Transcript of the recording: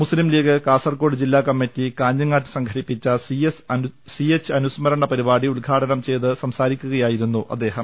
മുസ്ലിം ലീഗ് കാസർകോട് ജില്ലാ കമ്മിറ്റി കാഞ്ഞങ്ങാട്ട് സംഘടിപ്പിച്ച സിഎച്ച് അനുസ്മരണ പരിപാടി ഉദ് ഘാടനം ചെയ്ത് സംസാരിക്കുകയായിരുന്നു അദ്ദേഹം